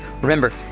Remember